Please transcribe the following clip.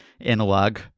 analog